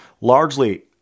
largely